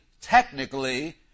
technically